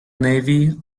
navy